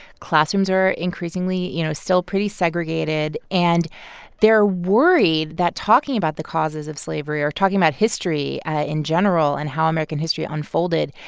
classrooms are increasingly, you know, still pretty segregated, and they're worried that talking about the causes of slavery or talking about history ah in general and how american history unfolded.